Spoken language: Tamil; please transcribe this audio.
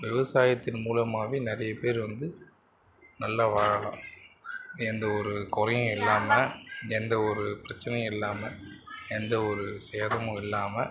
விவசாயத்தின் மூலமாகவே நிறைய பேர் வந்து நல்ல வாழலாம் எந்த ஒரு குறையும் இல்லாமல் எந்த ஒரு பிரச்சனையும் இல்லாமல் எந்த ஒரு சேதமும் இல்லாமல்